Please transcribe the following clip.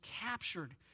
captured